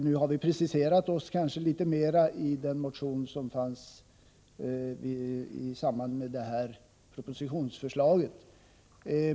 Nu har vi preciserat oss litet mer i den motion som väcktes med anledning av propositionens förslag.